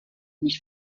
nicht